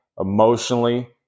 emotionally